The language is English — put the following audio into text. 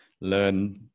learn